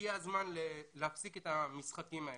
הגיע הזמן להפסיק את המשחקים האלה.